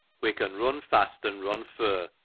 we con run fast and run fur,